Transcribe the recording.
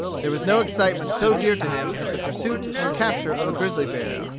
there was no excitement so dear to him as the pursuit and capture of a grizzly bear.